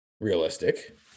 realistic